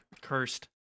Cursed